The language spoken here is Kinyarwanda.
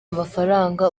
amafaranga